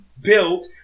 built